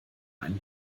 ein